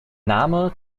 name